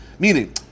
Meaning